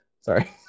Sorry